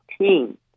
team